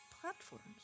platforms